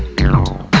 girl.